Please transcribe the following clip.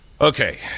Okay